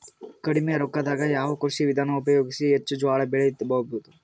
ಕಡಿಮಿ ರೊಕ್ಕದಾಗ ಯಾವ ಕೃಷಿ ವಿಧಾನ ಉಪಯೋಗಿಸಿ ಹೆಚ್ಚ ಜೋಳ ಬೆಳಿ ಬಹುದ?